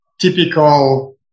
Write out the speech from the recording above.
typical